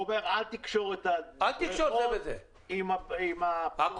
הוא אומר: אל תקשור את הצעת החוק עם ה --- אל תקשור את זה בזה.